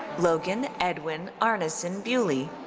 logan edwin arneson bewley.